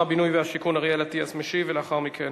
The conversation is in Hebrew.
שר הבינוי והשיכון אריאל אטיאס משיב, ולאחר מכן,